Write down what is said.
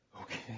Okay